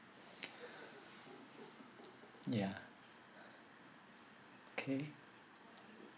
ya okay